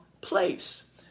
place